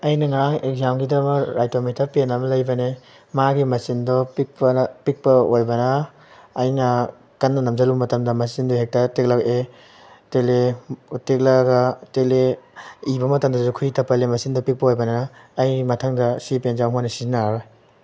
ꯑꯩꯅ ꯉꯔꯥꯡ ꯑꯦꯛꯖꯥꯝꯒꯤꯗꯃꯛ ꯔꯥꯏꯇꯣꯃꯤꯇꯔ ꯄꯦꯟ ꯑꯃ ꯂꯩꯕꯅꯦ ꯃꯥꯒꯤ ꯃꯆꯤꯟꯗꯣ ꯄꯤꯛꯄ ꯑꯣꯏꯕꯅ ꯑꯩꯅ ꯀꯟꯅ ꯅꯝꯁꯜꯂꯨꯕ ꯃꯇꯝꯗ ꯃꯆꯤꯟꯗꯨ ꯍꯦꯛꯇ ꯇꯦꯛꯂꯛꯑꯦ ꯇꯦꯛꯂꯛꯑꯦ ꯇꯦꯛꯂꯛꯑꯒ ꯇꯦꯛꯂꯛꯑꯦ ꯏꯕ ꯃꯇꯝꯗꯁꯨ ꯈꯨꯠꯏ ꯇꯞꯃꯜꯂꯦ ꯃꯆꯤꯟꯗꯣ ꯄꯤꯛꯄ ꯑꯣꯏꯕꯅ ꯑꯩ ꯃꯊꯪꯗ ꯁꯤ ꯄꯦꯟꯁꯤ ꯑꯃꯨꯛ ꯍꯟꯅ ꯁꯤꯖꯤꯟꯅꯔꯔꯣꯏ